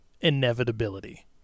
inevitability